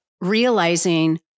realizing